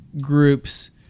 groups